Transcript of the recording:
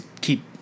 keep